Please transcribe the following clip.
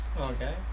Okay